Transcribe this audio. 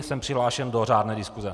Jsem přihlášen do řádné diskuse.